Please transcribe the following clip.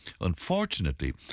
Unfortunately